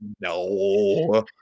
no